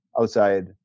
outside